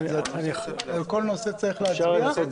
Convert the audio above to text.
על כל נושא צריך להצביע?